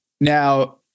Now